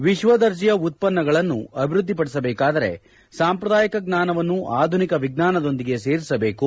ವಿಶ್ವದರ್ಜೆಯ ಉತ್ಪನ್ನಗಳನ್ನು ಅಭಿವೃದ್ಧಿಪಡಿಸಬೇಕಾದರೆ ಸಾಂಪ್ರದಾಯಿಕ ಜ್ವಾನವನ್ನು ಆಧುನಿಕ ವಿಜ್ವಾನದೊಂದಿಗೆ ಸೇರಿಸಬೇಕು